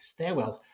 stairwells